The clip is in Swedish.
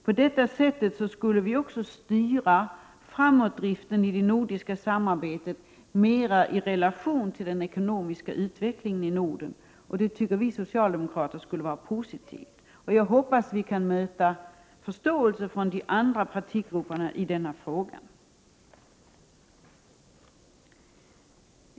På detta sätt skulle vi också styra framåtskridandet i det nordiska samarbetet mera i relation till den ekonomiska utvecklingen i Norden, och det tycker vi socialdemokrater skulle vara positivt. Jag hoppas att vi kan möta förståelse från de andra partigrupperna i denna fråga.